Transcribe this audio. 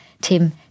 Tim